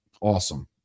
Awesome